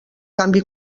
canvi